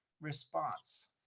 response